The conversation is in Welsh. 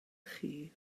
chi